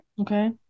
Okay